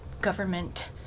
government